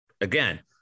again